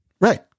Right